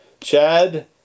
Chad